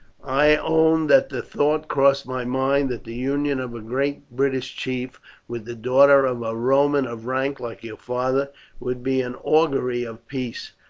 i own that the thought crossed my mind that the union of a great british chief with the daughter of a roman of rank like your father would be an augury of peace,